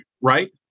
Right